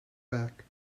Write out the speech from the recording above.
back